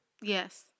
Yes